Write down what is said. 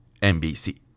NBC